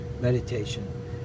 Meditation